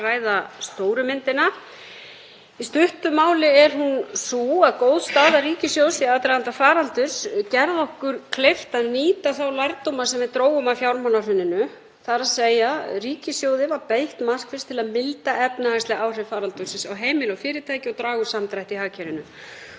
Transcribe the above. ræða stóru myndina. Í stuttu máli er hún sú að góð staða ríkissjóðs í aðdraganda faraldurs gerði okkur kleift að nýta þá lærdóma sem við drógum af fjármálahruninu, þ.e. ríkissjóði var beitt markvisst til að milda efnahagsleg áhrif faraldursins á heimili og fyrirtæki og draga úr samdrætti í hagkerfinu.